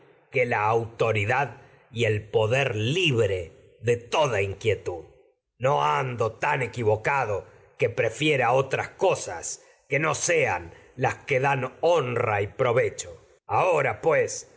que la autoridad de toda el poder que y libre inquietud cosas no no ando sean tan equivocado dan prefiera otras que las que me honra provecho ahora